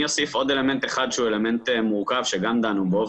אני אוסיף עוד אלמנט אחד שהוא אלמנט מורכב שגם דנו בו,